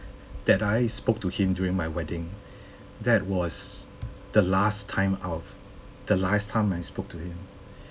that I spoke to him during my wedding that was the last time I the last time I spoke to him